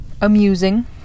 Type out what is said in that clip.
amusing